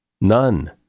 None